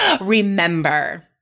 remember